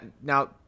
now